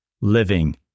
living